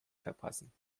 verpassen